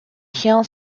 tient